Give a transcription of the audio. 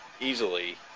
easily